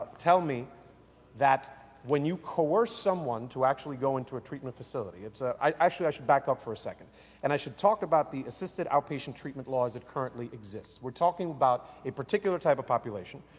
tell me that when you coerce someone to actually go into a treatment facility, um so actually i should back up for a second and i should talk about the assisted outpatient treatment laws that currently exist. we're talking about a particular type of population.